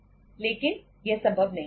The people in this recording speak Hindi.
लेकिन यह संभव नहीं है